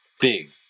big